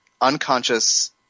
unconscious